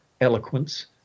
eloquence